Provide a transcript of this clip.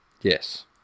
Yes